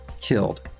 killed